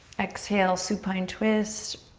exhale, supine twist.